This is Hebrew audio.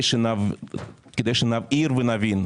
כדי שנבעיר ונבין,